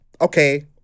okay